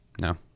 no